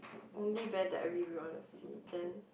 only band that I really really want to see then